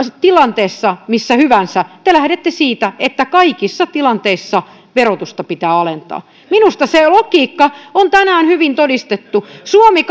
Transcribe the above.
tilanteessa missä hyvässä te lähdette siitä että kaikissa tilanteissa verotusta pitää alentaa minusta se logiikka on tänään hyvin todistettu suomi